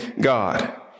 God